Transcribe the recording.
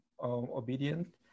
obedient